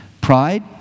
pride